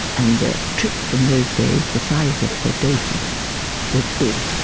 and the trips in those days, the size of the doses was big,